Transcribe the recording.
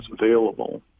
available